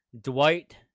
dwight